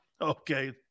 Okay